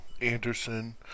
Anderson